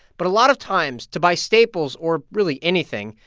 but a lot of times, to buy staples or really anything,